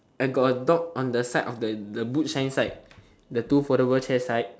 I got a dog on the side of the boot shine side the two foldable chair side